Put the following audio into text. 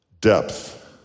Depth